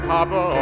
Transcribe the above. Papa